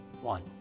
One